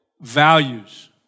values